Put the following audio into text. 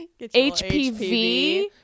HPV